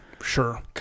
Sure